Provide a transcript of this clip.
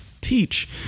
teach